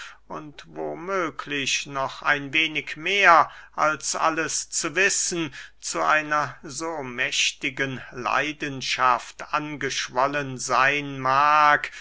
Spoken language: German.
wo möglich noch ein wenig mehr als alles zu wissen zu einer so mächtigen leidenschaft angeschwollen seyn mag